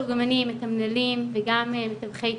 מתורגמנים, מתמללים וגם מתווכי תקשורת,